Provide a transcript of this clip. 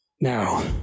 Now